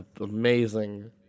amazing